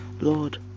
lord